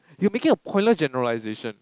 you're making a pointless generalization